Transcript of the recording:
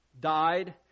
died